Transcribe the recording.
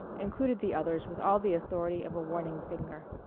included the others with all the authority of a warning finger.